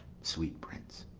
sweet prince,